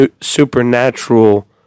supernatural